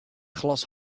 glas